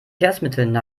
verkehrsmitteln